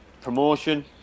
promotion